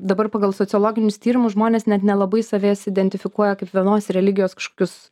dabar pagal sociologinius tyrimus žmonės net nelabai savęs identifikuoja kaip vienos religijos kažkokius